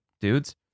dudes